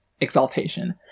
exaltation